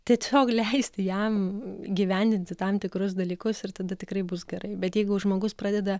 tiesiog leisti jam įgyvendinti tam tikrus dalykus ir tada tikrai bus gerai bet jeigu žmogus pradeda